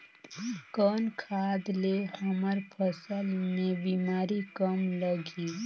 कौन खाद ले हमर फसल मे बीमारी कम लगही?